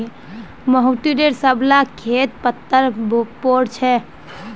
मोहिटर सब ला खेत पत्तर पोर छे